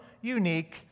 unique